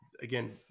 again